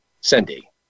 Cindy